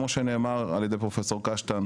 כמו שנאמר על ידי פרופ' קשתן,